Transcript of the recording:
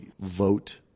vote